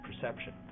perception